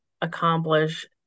accomplish